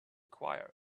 choir